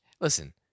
listen